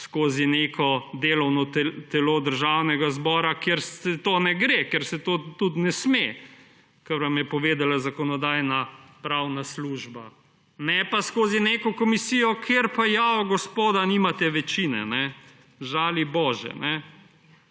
skozi neko delovno telo Državnega zbora, kjer to ne gre, ker se tega tudi ne sme, kar vam je povedala Zakonodajno-pravna služba. Ne pa skozi neko komisijo, kjer pa: »jao, gospoda, nimate večine, žali bože«.